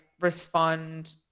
respond